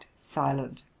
silent